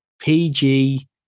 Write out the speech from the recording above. PG